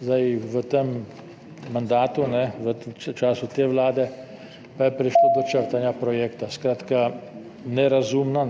V tem mandatu, v času te vlade pa je prišlo do črtanja projekta. Skratka, nerazumno,